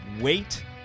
wait